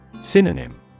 Synonym